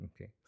Okay